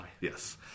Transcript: Yes